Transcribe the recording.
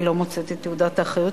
אני לא מוצאת את תעודת האחריות,